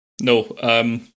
No